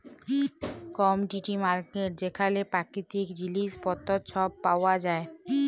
commodity market যেখালে পাকিতিক জিলিস পত্তর ছব পাউয়া যায়